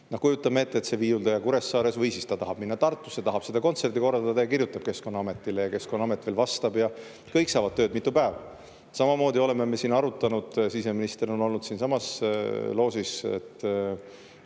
ette, et see viiuldaja Kuressaares, või siis ta tahab minna Tartusse, tahab korraldada kontserdi. Ta kirjutab Keskkonnaametile, Keskkonnaamet veel vastab ja kõik saavad tööd mitu päeva. Samamoodi oleme me siin arutanud – siseminister on olnud siinsamas loožis –,